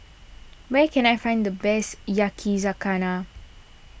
where can I find the best Yakizakana